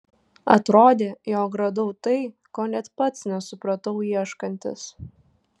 atrodė jog radau tai ko net pats nesupratau ieškantis